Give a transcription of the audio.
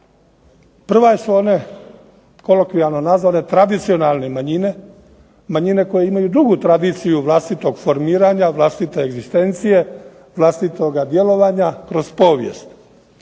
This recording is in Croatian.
Prva su one kolokvijalno nazvane tradicionalne manjine, manjine koje imaju dugu tradiciju vlastitog formiranja, vlastite egzistencije, vlastitoga djelovanja kroz povijest.